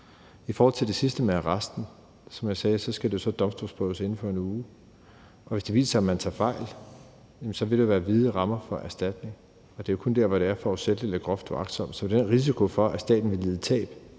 I forhold til det sidste med arresten skal det, som jeg sagde, domstolsprøves inden for 1 uge, og hvis det viser sig, at man tager fejl, vil der være vide rammer for erstatning. Det er jo kun der, hvor det er forsætligt eller groft uagtsomt, så den risiko for, at staten vil lide tab